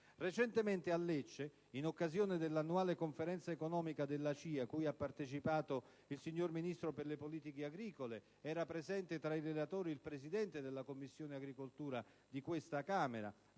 Recentemente, a Lecce, in occasione dell'annuale conferenza economica della CIA, cui ha partecipato il Ministro per le politiche agricole (ed era presente tra i relatori anche il presidente della Commissione agricoltura del Senato,